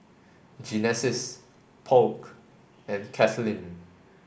Genesis Polk and Katlynn